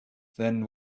then